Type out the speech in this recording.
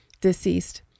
deceased